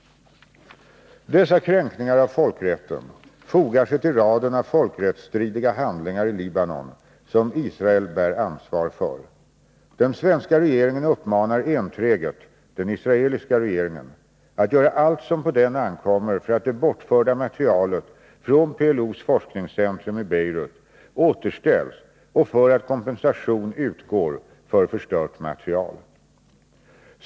Dessa kränkningar av folkrätten fogar sig till raden av folkrättsstridiga Om återställande handlingar i Libanon som Israel bär ansvar för. Den svenska regeringen av visst arkivmateuppmanar enträget den israeliska regeringen att göra allt som på den rial till PLO ankommer för att det bortförda materialet från PLO:s forskningscentrum i Beirut återställs och för att kompensation utgår för förstört material.